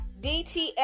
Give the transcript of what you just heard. DTF